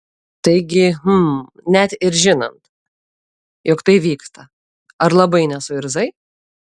taigi hm net ir žinant jog tai vyksta ar labai nesuirzai